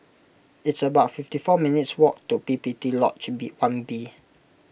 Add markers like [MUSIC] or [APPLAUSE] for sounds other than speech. it's about fifty four minutes' walk to P P T Lodge [UNINTELLIGIBLE] one B